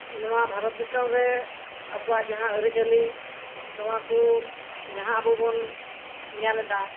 ᱱᱚᱣᱟ ᱵᱷᱟᱨᱚᱛ ᱫᱤᱥᱚᱢ ᱨᱮ ᱟᱵᱚᱭᱟᱜ ᱡᱟᱦᱟᱸ ᱟᱹᱨᱤ ᱪᱟᱹᱞᱤ ᱱᱚᱣᱟ ᱠᱩ ᱡᱟᱦᱟ ᱟᱵᱚ ᱵᱚᱱ ᱧᱮᱞ ᱮᱫᱟ